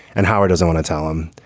and howard doesn't want to tell him.